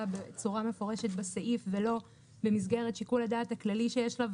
בצורה מפורשת בסעיף ולא במסגרת שיקול הדעת הכללי שיש לה,